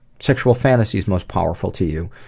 sexual fantasies most powerful to you.